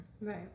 Right